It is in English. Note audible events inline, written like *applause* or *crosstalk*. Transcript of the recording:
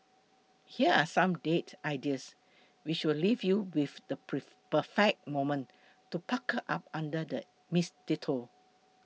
here are some date ideas which will leave you with the *unintelligible* perfect moment to pucker up under the mistletoe